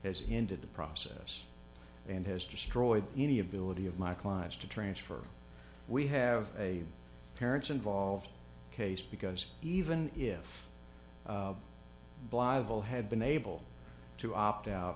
has ended the process and has destroyed any ability of my clients to transfer we have a parents involved case because even if blytheville had been able to opt out